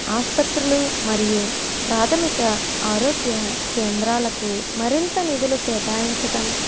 ఆసుపత్రులు మరియు ప్రాథమిక ఆరోగ్య కేంద్రాలకు మరింత నిధులు కేటాయించటం